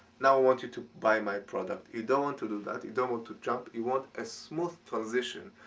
now i want you to buy my product. you don't want to do that, you don't want to jump. you want a smooth transition.